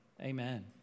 amen